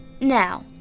Now